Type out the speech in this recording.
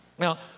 Now